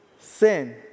sin